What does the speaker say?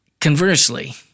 Conversely